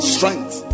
Strength